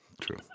True